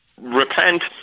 repent